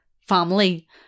family